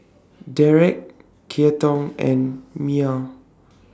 Dereck Keaton and Mia